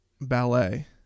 ballet